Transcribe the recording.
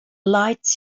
lights